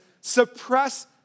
suppress